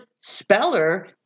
speller